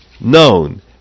known